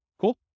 Cool